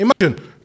Imagine